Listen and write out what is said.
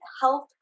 health